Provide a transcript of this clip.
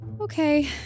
Okay